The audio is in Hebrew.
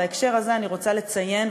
בהקשר הזה אני רוצה לציין,